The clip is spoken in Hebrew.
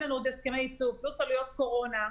לנו עוד הסכמי יצוא ופלוס עלויות קורונה,